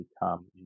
become